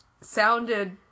sounded